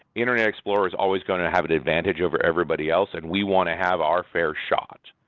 internet explorer is always going to have an advantage over everybody else and we want to have our fair shot.